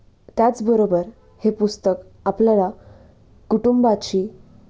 त्याचबरोबर हे पुस्तक आपल्याला कुटुंबाची